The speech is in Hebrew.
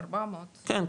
400. כן,